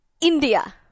India